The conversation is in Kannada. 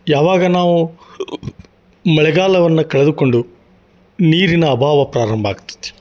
ಯಾವಾಗ ನಾವು ಮಳೆಗಾಲವನ್ನು ಕಳೆದುಕೊಂಡು ನೀರಿನ ಅಭಾವ ಪ್ರಾರಂಭ ಆಗ್ತತಿ